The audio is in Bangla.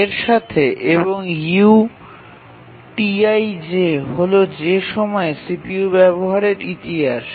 এর সাথে এবং UTi j হল j সময়ে CPU ব্যবহারের ইতিহাস